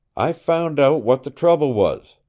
i found out what the trouble was.